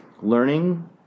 learning